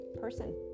person